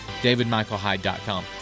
davidmichaelhyde.com